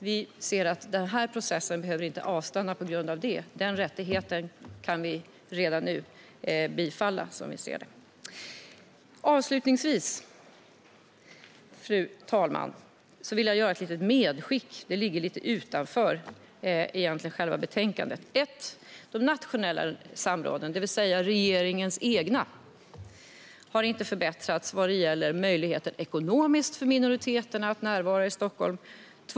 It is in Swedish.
Vi menar att denna process inte behöver avstanna på grund av det, utan denna rättighet kan vi redan nu införa. Fru talman! Avslutningsvis vill jag göra ett medskick som ligger lite utanför betänkandet. Vad gäller de nationella samråden, det vill säga regeringens egna, har den ekonomiska möjligheten för minoriteterna att närvara i Stockholm inte förbättras.